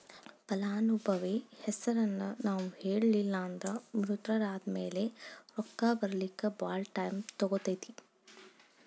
ಫಲಾನುಭವಿ ಹೆಸರನ್ನ ನಾವು ಹೇಳಿಲ್ಲನ್ದ್ರ ಮೃತರಾದ್ಮ್ಯಾಲೆ ರೊಕ್ಕ ಬರ್ಲಿಕ್ಕೆ ಭಾಳ್ ಟೈಮ್ ತಗೊತೇತಿ